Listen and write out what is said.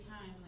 time